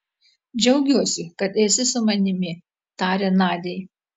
džiaugiuosi kad esi su manimi tarė nadiai